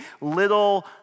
little